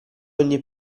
ogni